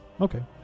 Okay